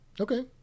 Okay